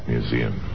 Museum